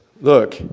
Look